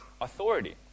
authority